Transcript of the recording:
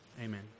Amen